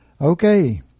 Okay